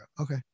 Okay